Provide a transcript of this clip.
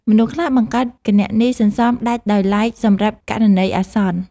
មនុស្សខ្លះបង្កើតគណនីសន្សំដាច់ដោយឡែកសម្រាប់ករណីអាសន្ន។